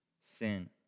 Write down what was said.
sin